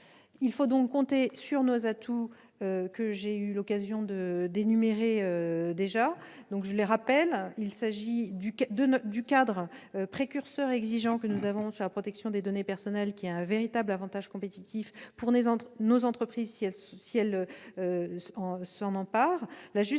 Il faut donc compter sur nos atouts, que j'ai déjà eu l'occasion d'énumérer. Je les rappelle, il s'agit du cadre précurseur et exigeant que nous avons en matière de protection des données personnelles, qui constitue un véritable avantage compétitif pour nos entreprises si elles s'en emparent,